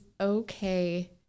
okay